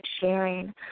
sharing